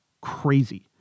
Crazy